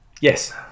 Yes